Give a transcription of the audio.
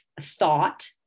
thought